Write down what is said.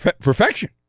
Perfection